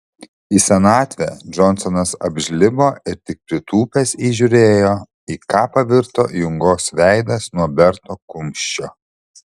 į senatvę džonsonas apžlibo ir tik pritūpęs įžiūrėjo į ką pavirto jungos veidas nuo berto kumščio